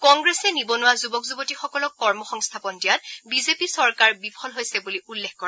কংগ্ৰেছে নিবনুৱা যুৱক যুৱতীসকলক কৰ্ম সংস্থাপন দিয়াত বিজেপি চৰকাৰ বিফল হৈছে বুলি উল্লেখ কৰে